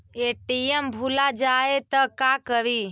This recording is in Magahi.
ए.टी.एम भुला जाये त का करि?